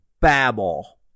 babble